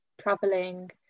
traveling